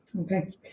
Okay